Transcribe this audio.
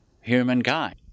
humankind